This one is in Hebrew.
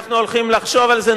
אנחנו הולכים לחשוב על זה,